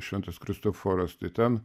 šventas kristoforas tai ten